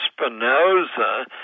Spinoza